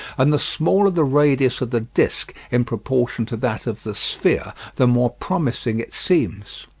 and the smaller the radius of the disc in proportion to that of the sphere, the more promising it seems.